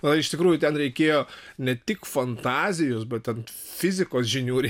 o iš tikrųjų ten reikėjo ne tik fantazijos bet ten fizikos žinių reik